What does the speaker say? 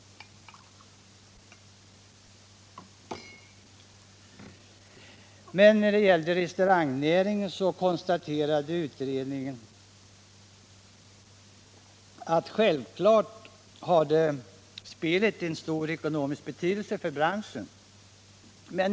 När det gäller restaurangnäringen konstaterade utredningen att spelet självfallet har en stor ekonomisk betydelse för branschen.